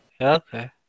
Okay